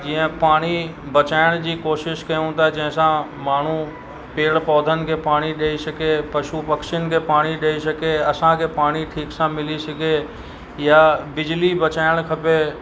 जीअं पाणी बचाइण जी कोशिश कयूं था जंहिं सां माण्हू पेड़ पौधनि खे पाणी ॾेई सघे पशु पखियुनि खे पाणी ॾेई सघे असांखे पाणी ठीकु सां मिली सघे या बिजली बचाइणु खपे